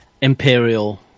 imperial